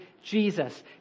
Jesus